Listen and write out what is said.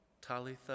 Talitha